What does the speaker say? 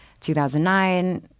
2009